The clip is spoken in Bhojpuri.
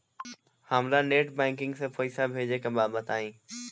हमरा नेट बैंकिंग से पईसा भेजे के बा बताई?